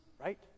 right